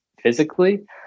physically